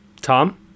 Tom